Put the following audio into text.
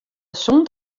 sûnt